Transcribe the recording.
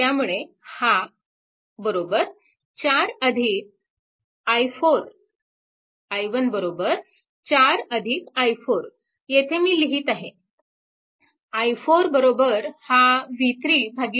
त्यामुळे हा 4 r i4 i1 4 i4 येथे मी लिहीत आहे i4 हा v3 0